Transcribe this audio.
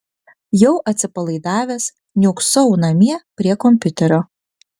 jau atsipalaidavęs niūksau namie prie kompiuterio